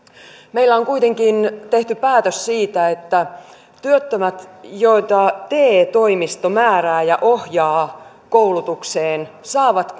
meillä on kuitenkin tehty päätös siitä että työttömät joita te toimisto määrää ja ohjaa koulutukseen saavat